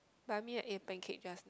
but me I ate pancake just now